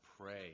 pray